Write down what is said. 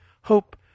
Hope